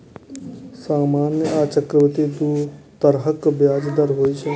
सामान्य आ चक्रवृद्धि दू तरहक ब्याज दर होइ छै